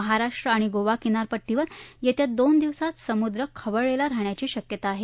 महाराष्ट्र आणि गोवा किनारपट्टीवर येत्या दोन दिवसात समुद्र खवळलेला राहण्याची शक्यता आहे